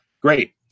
great